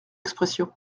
expression